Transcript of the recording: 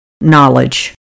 knowledge